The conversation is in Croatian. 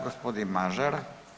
Gospodin Mažar.